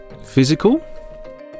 Physical